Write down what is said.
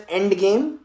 Endgame